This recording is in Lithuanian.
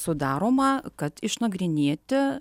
sudaroma kad išnagrinėti